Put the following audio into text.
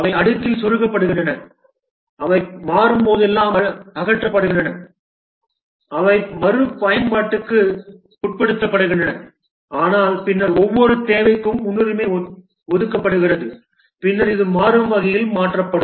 அவை அடுக்கில் செருகப்படுகின்றன அவை மாறும்போதெல்லாம் அகற்றப்படுகின்றன அவை மறுபயன்பாட்டுக்கு உட்படுத்தப்படுகின்றன ஆனால் பின்னர் ஒவ்வொரு தேவைக்கும் முன்னுரிமை ஒதுக்கப்படுகிறது பின்னர் இது மாறும் வகையில் மாற்றப்படும்